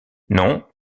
non